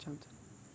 ଚାହାଁନ୍ତି